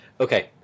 Okay